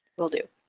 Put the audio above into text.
will do.